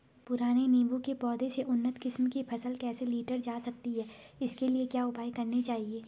पुराने नीबूं के पौधें से उन्नत किस्म की फसल कैसे लीटर जा सकती है इसके लिए क्या उपाय करने चाहिए?